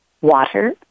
Water